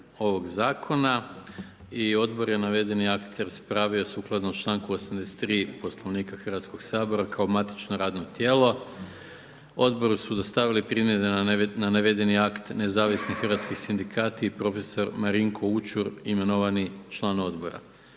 Odbor je navedeni akt raspravio sukladno članku 83. Poslovnika Hrvatskoga sabora kao matično radno tijelo. Odboru su dostavili primjedbe na navedeni akt Nezavisni hrvatski sindikati i prof. Marinko Učur, imenovani član Odbora.